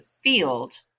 field